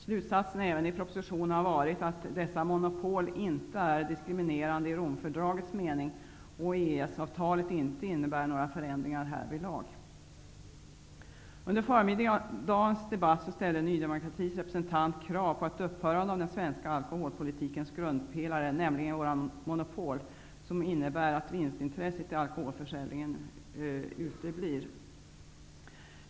Slutsatsen även i propositionen är att dessa monopol inte är diskriminerande i Romfördragets mening och att EES-avtalet inte innebär några förändringar härvidlag. Under förmiddagens debatt ställde Ny demokratis representant krav på ett upphörande av den svenska alkoholpolitikens grundpelare, nämligen våra monopol som innebär att vinstintresset i alkoholförsäljningen uteblir.